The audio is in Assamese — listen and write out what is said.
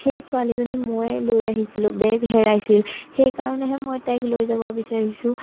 সেই ছোৱালীজনী মই লৈ আহিছিলোঁ বেগ হেৰাইছিল সেইকাৰণেহে মই তাইক লৈ যাব বিচাৰিছোঁ